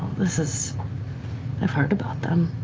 this is i've heard about them,